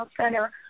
Center